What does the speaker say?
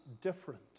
different